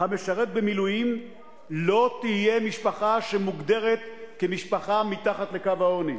המשרת במילואים לא תהיה משפחה שמוגדרת כמשפחה מתחת לקו העוני.